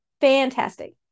Fantastic